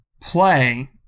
play